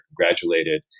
congratulated